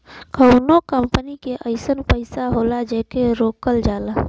कउनो कंपनी के अइसन पइसा होला जेके रोकल जाला